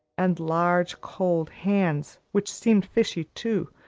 and large, cold hands, which seemed fishy, too,